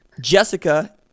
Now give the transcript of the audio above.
Jessica